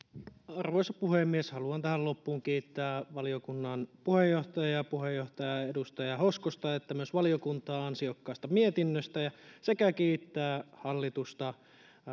arvoisa puhemies haluan tähän loppuun kiittää valiokunnan puheenjohtajaa edustaja hoskosta ja myös valiokuntaa ansiokkaasta mietinnöstä sekä kiittää hallitusta